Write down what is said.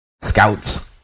scouts